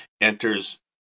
enters